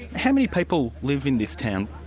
how many people live in this town?